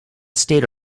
state